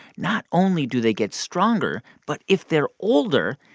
not only do they get stronger. but if they're older,